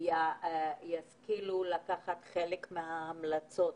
ישכילו לקחת חלק מההמלצות